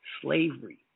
slavery